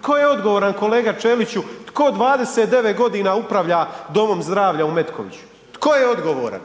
tko je odgovoran kolega Ćeliću, tko 29 godina upravlja domom zdravlja u Metkoviću, tko je odgovoran?